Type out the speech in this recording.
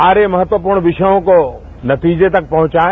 सारे महत्वपूर्ण विषयों को नतीजे तक पहुंचाए